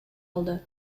алды